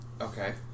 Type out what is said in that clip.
okay